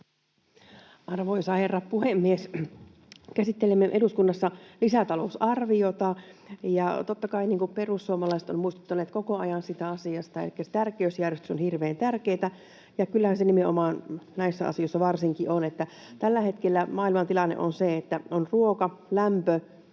Arvoisa herra puhemies! Käsittelemme eduskunnassa lisäta-lousarviota, ja totta kai — niin kuin perussuomalaiset on muistuttaneet koko ajan siitä asiasta — tärkeysjärjestys on hirveän tärkeä. Ja kyllähän nimenomaan varsinkin näissä asioissa on niin, että tällä hetkellä maailman tilanne on se, että ruoka, lämpö,